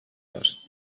var